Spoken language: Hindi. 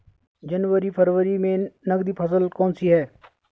जनवरी फरवरी में नकदी फसल कौनसी है?